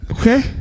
Okay